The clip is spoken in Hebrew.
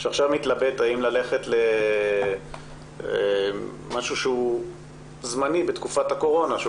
שעכשיו מתלבט ללכת למעבדה פרטית באופן זמני בתקופת הקורונה,